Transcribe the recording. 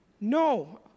No